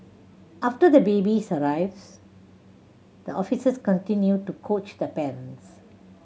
after the babies arrives the officers continue to coach the parents